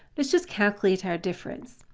let's just calculate our difference.